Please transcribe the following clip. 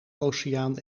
oceaan